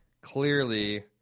Clearly